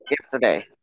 yesterday